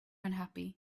unhappy